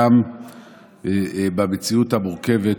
גם במציאות המורכבת